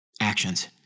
Actions